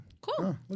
Cool